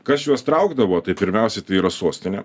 kas juos traukdavo tai pirmiausia tai yra sostinė